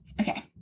okay